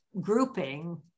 grouping